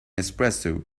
espresso